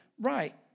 right